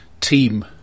team